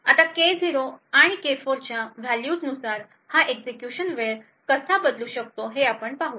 आता K0आणि K4 च्या व्हॅल्यूजनुसार हा एक्झिक्यूशन वेळ कसा बदलू शकतो हे आपण पाहू